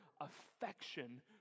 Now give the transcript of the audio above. affection